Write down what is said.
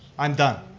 i'm done.